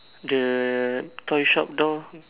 the toy shop door